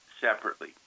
separately